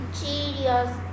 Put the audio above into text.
Cheerios